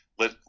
let